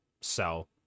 sell